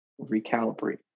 recalibrate